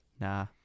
nah